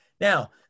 Now